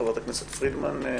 חברת הכנסת פרידמן?